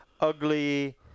ugly